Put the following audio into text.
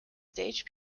stage